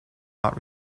not